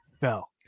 fell